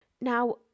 now